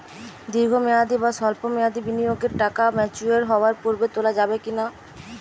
দীর্ঘ মেয়াদি বা সল্প মেয়াদি বিনিয়োগের টাকা ম্যাচিওর হওয়ার পূর্বে তোলা যাবে কি না?